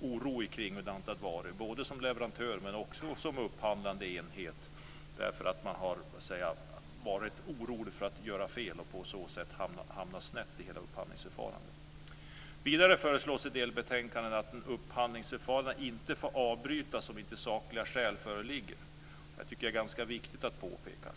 oro när det gäller ett antal varor både för leverantörer och för upphandlande enheter, därför att man har varit orolig för att göra fel och på så sätt hamna snett i hela upphandlingsförfarandet. Vidare föreslås i delbetänkandet att ett upphandlingsförfarande inte får avbrytas om inte sakliga skäl föreligger. Det tycker jag är ganska viktigt att påpeka.